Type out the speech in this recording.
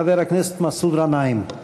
חבר הכנסת מסעוד גנאים.